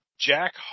Jack